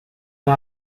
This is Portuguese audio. não